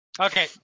Okay